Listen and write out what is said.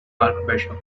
archbishop